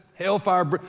hellfire